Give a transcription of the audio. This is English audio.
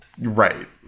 right